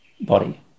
body